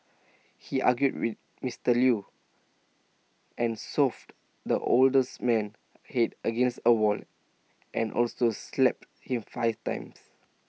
he argued with Mister Lew and shoved the older man's Head against A wall and also slapped him five times